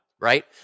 right